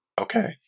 Okay